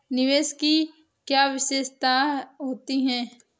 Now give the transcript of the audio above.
निवेश की क्या विशेषता होती है?